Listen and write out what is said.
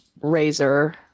razor